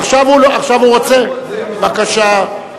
עכשיו הוא רוצה, בבקשה.